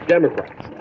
Democrats